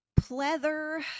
pleather